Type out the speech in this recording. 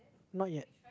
not yet